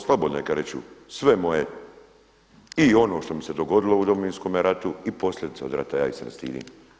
Slobodno neka reču sve moje i ono što mi se dogodilo u Domovinskome ratu i posljedica od rata, ja ih se ne stidim.